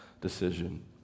decision